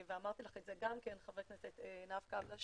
ואמרתי לך את זה גם כן ח"כ עינב קאבלה,